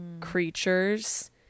creatures